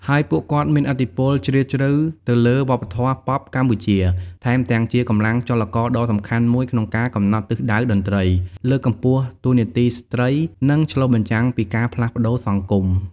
ហើយពួកគាត់មានឥទ្ធិពលជ្រាលជ្រៅទៅលើវប្បធម៌ប៉ុបកម្ពុជា ថែមទាំងជាកម្លាំងចលករដ៏សំខាន់មួយក្នុងការកំណត់ទិសដៅតន្ត្រី លើកកម្ពស់តួនាទីស្ត្រី និងឆ្លុះបញ្ចាំងពីការផ្លាស់ប្តូរសង្គម។